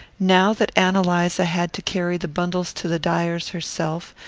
now that ann eliza had to carry the bundles to the dyer's herself,